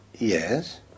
Yes